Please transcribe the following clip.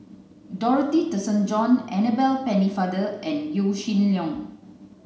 Dorothy Tessensohn Annabel Pennefather and Yaw Shin Leong